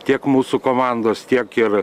tiek mūsų komandos tiek ir